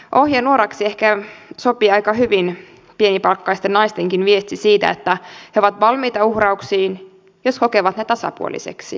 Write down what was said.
ohjenuoraksi ehkä sopii aika hyvin pienipalkkaisten naistenkin viesti siitä että he ovat valmiita uhrauksiin jos kokevat ne tasapuolisiksi